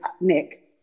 Nick